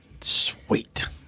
Sweet